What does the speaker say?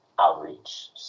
outreach